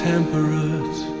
Temperate